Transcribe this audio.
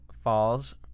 falls